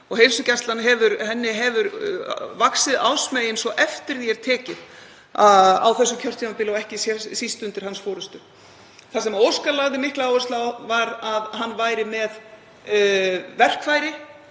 Heilsugæslunni hefur vaxið ásmegin svo eftir því er tekið á þessu kjörtímabili og ekki síst undir hans forystu. Það sem Óskar lagði mikla áherslu á var að hann væri með verkfæri